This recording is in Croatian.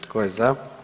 Tko je za?